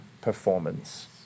performance